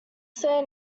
say